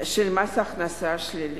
של מס הכנסה שלילי.